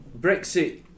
Brexit